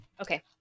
Okay